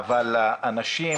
-- אבל לאנשים